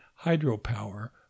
hydropower